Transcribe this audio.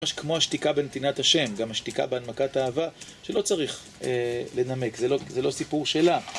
כמו השתיקה בנתינת השם, גם השתיקה בהנמקת האהבה שלא צריך לנמק, זה לא סיפור שלה.